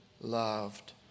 loved